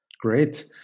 Great